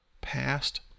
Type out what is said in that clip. past